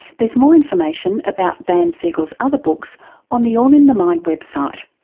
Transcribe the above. there's more information about dan siegel's other books on the all in the mind website,